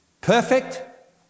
perfect